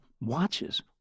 watches